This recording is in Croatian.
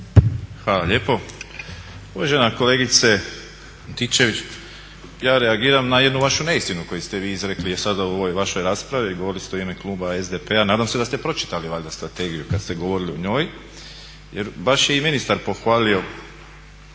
Hvala lijepo. Uvažena kolegice Antičević, ja reagiram na jednu vašu neistinu koju ste vi izrekli sada u ovoj vašoj raspravi. Govorili ste u ime kluba SDP-a, nadam se da ste pročitali valjda strategiju kad ste govorili o njoj? Jer baš je i ministar pohvalio